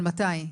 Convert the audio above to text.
אבל מתי?